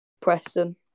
Preston